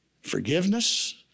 Forgiveness